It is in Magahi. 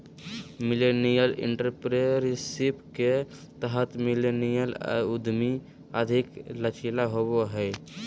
मिलेनियल एंटरप्रेन्योरशिप के तहत मिलेनियल उधमी अधिक लचीला होबो हय